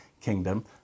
kingdom